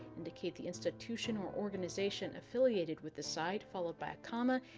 indicate the institutional organization affiliated with the site, followed by a comma.